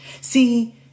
See